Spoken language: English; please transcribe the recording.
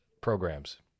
programs